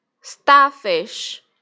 Starfish